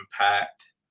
impact